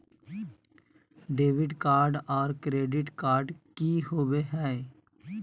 Debit card और credit card की होवे हय?